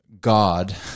God